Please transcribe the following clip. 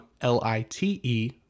L-I-T-E